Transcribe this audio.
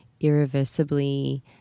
irreversibly